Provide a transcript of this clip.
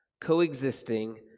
coexisting